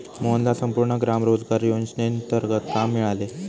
मोहनला संपूर्ण ग्राम रोजगार योजनेंतर्गत काम मिळाले